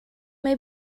may